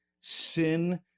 sin